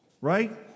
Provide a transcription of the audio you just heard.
right